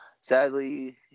sadly